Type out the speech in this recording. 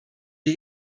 wir